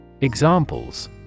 Examples